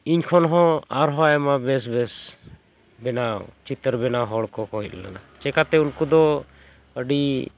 ᱤᱧ ᱠᱷᱚᱱ ᱦᱚᱸ ᱟᱨᱦᱚᱸ ᱟᱭᱢᱟ ᱵᱮᱥ ᱵᱮᱥ ᱵᱮᱱᱟᱣ ᱪᱤᱛᱟᱹᱨ ᱵᱮᱱᱟᱣ ᱦᱚᱲ ᱠᱚᱠᱚ ᱦᱮᱡ ᱞᱮᱱᱟ ᱪᱤᱠᱟᱹᱛᱮ ᱩᱱᱠᱩ ᱫᱚ ᱟᱹᱰᱤ